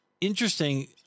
interesting